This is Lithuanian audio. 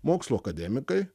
mokslo akademikai